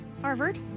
Harvard